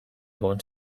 egon